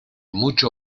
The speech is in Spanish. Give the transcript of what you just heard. mucho